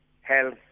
Health